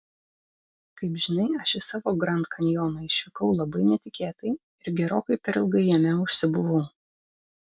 kaip žinai aš į savo grand kanjoną išvykau labai netikėtai ir gerokai per ilgai jame užsibuvau